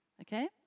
Okay